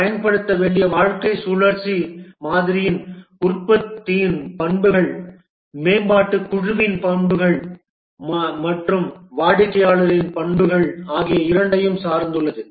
பயன்படுத்த வேண்டிய வாழ்க்கை சுழற்சி மாதிரி உற்பத்தியின் பண்புகள் மேம்பாட்டுக் குழுவின் பண்புகள் மற்றும் வாடிக்கையாளரின் பண்புகள் ஆகிய இரண்டையும் சார்ந்துள்ளது